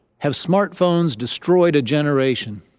have smartphones destroyed a generation?